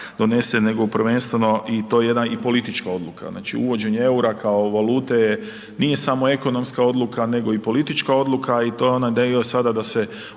donese, nego prvenstveno i to je jedna i politička odluka, znači uvođenje EUR-a kao valute je, nije samo ekonomska odluka nego i politička odluka i …/Govornik se